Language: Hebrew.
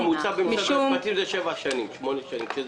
משום